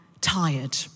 tired